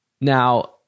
now